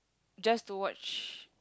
just to watch